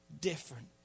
different